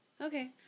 Okay